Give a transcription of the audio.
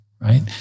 right